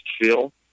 feel